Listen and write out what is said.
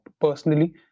personally